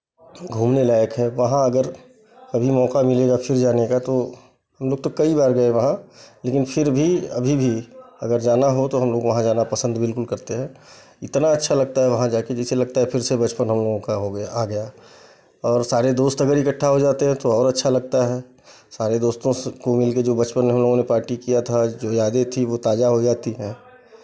घूमने लायक है वहाँ अगर कभी मौका मिलेगा फिर जाने का तो हम लोग तो कई बार गए वहाँ लेकिन फिर भी अभी भी अगर जाना हो तो हम लोग वहाँ जाना पसंद बिलकुल करते हैं इतना अच्छा लगता है वहाँ जाके जैसे लगता है फिर से बचपन हम लोगों का हो गया आ गया और सारे दोस्त अगर इकट्ठा हो जाते हैं तो और अच्छा लगता है सारे दोस्तों को मिलके जो बचपन में हम लोगों ने पार्टी किया था जो यादें थी वो ताज़ा हो जाती हैं